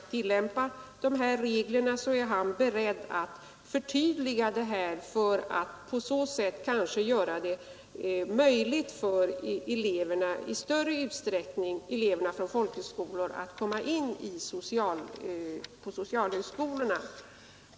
principerna tillämpa de här reglerna, så är han beredd att förtydliga dem för att på så — för intagning till sätt kanske göra det möjligt för eleverna från folkhögskolorna att i större — SOCialhögskolorna utsträckning komma in på socialhögskola.